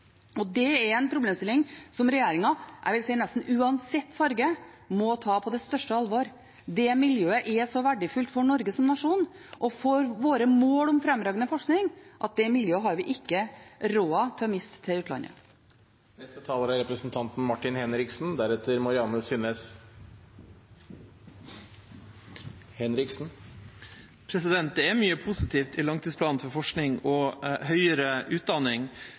Det er en problemstilling som regjeringen – jeg vil si nesten uansett farge – må ta på det største alvor. Det miljøet er så verdifullt for Norge som nasjon og for våre mål om fremragende forskning at vi ikke har råd til å miste det til utlandet. Det er mye positivt i langtidsplanen for forskning og høyere utdanning. Det er